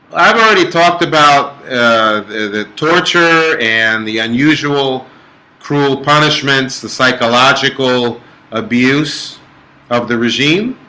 i've already talked about the torture and the unusual cruel punishments the psychological abuse of the regime